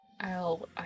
I'll-